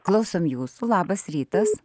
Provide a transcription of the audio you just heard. klausom jūsų labas rytas